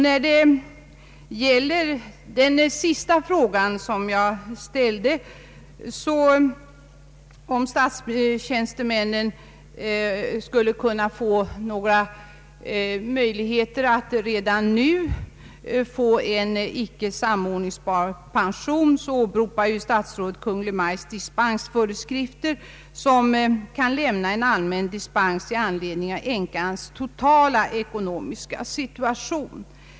När det gäller den sista frågan jag ställde — huruvida statstjänstemännen skulle kunna få möjlighet att redan nu erhålla en icke samordningsbar pension — åberopar statsrådet Kungl. Maj:ts dispensföreskrifter, enligt vilka en allmän dispens kan ges i anledning av änkans totala ekonomiska situation.